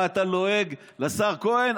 מה, אתה לועג לשר כהן?